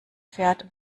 fährt